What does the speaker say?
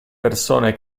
persone